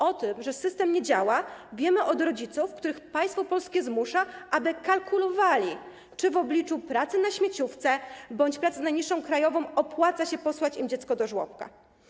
O tym, że system nie działa, wiemy od rodziców, których państwo polskie zmusza, aby kalkulowali, czy w obliczu pracy na śmieciówce bądź pracy za najniższą krajową opłaca się im posłać dziecko do żłobka.